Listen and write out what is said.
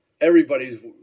everybody's